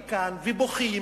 אלא בשם ועדת החוץ והביטחון,